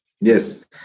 Yes